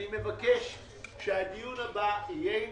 אנחנו מגישים פה בקשה של קופות החולים לגבות עבור שירותי